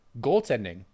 Goaltending